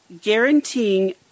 guaranteeing